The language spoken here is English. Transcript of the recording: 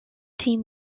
team